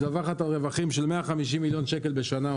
מדווחת על רווחים של 150 מיליון שקל בשנה,